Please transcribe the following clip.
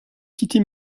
kitty